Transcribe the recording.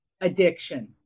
addiction